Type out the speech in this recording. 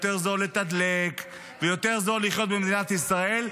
יותר זול לתדלק ויותר זול לחיות במדינת ישראל,